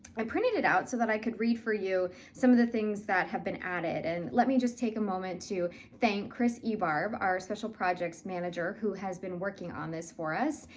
i printed it out so that i could read for you some of the things that have been added, and let me just take a moment to thank kris ebarb, our special projects manager who has been working on this for us.